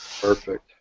Perfect